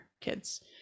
kids